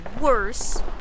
worse